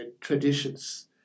traditions